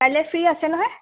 কাইলৈ ফ্ৰী আছে নহয়